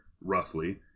Roughly